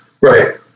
Right